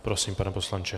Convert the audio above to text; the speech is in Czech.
Prosím, pane poslanče.